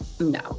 No